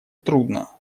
трудно